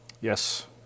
Yes